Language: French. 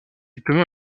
diplômé